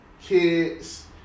kids